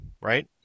Right